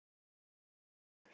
the the thread ya